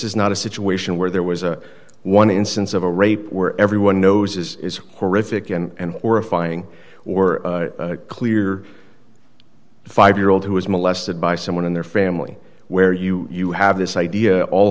is not a situation where there was a one instance of a rape where everyone knows this is horrific and horrifying or clear a five year old who was molested by someone in their family where you you have this idea all